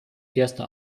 erste